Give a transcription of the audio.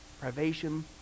privation